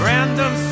Random